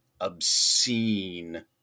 obscene